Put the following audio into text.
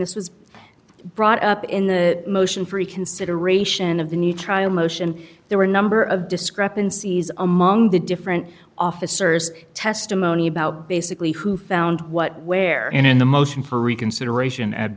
this was brought up in the motion for reconsideration of the new trial motion there were a number of discrepancies among the different officers testimony about basically who found what where and in the motion for reconsideration at